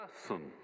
person